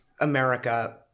America